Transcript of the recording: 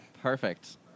Perfect